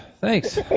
Thanks